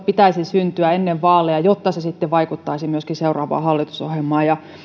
pitäisi syntyä ennen vaaleja jotta se sitten vaikuttaisi myöskin seuraavaan hallitusohjelmaan ja